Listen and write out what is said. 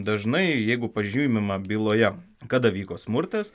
dažnai jeigu pažymima byloje kada vyko smurtas